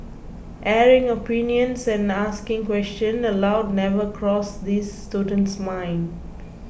airing opinions and asking questions aloud never crossed this student's mind